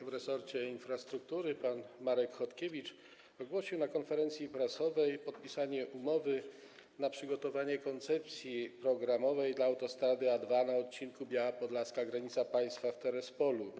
w resorcie infrastruktury pan Marek Chodkiewicz ogłosił na konferencji prasowej podpisanie umowy na przygotowanie koncepcji programowej dla autostrady A2 na odcinku Biała Podlaska - granica państwa w Terespolu.